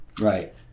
Right